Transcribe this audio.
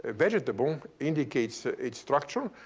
vegetable indicates ah its structure.